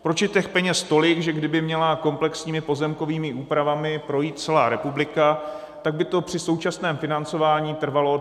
Proč je těch peněz tolik, že kdyby měla komplexními pozemkovými úpravami projít celá republika, tak by to při současném financování trvalo 273 let?